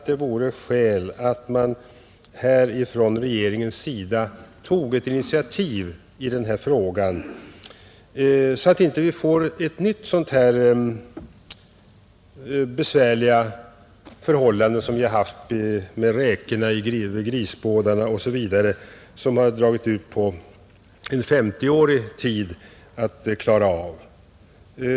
Det vore nog skäl att man från regeringens sida tog ett initiativ i den här frågan, så att vi inte på nytt får sådana besvärliga förhållanden som vi har haft i fråga om räkfisket vid Grisbådarna osv., som det har dragit ut på tiden i 50 år att klara av.